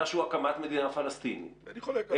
שהוא הקמת מדינה פלסטינית --- אני חולק עליהם.